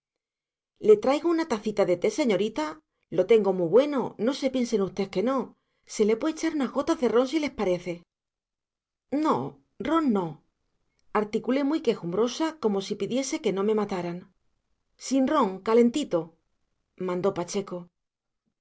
le traigo una tacita de té señorita lo tengo mu bueno no se piensen ustés que no se le pué echar unas gotas de ron si les parece no ron no articulé muy quejumbrosa como si pidiese que no me mataran sin ron y calentito mandó pacheco